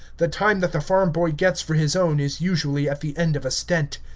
the time that the farm-boy gets for his own is usually at the end of a stent.